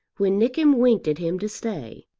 when nickem winked at him to stay.